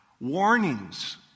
Warnings